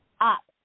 up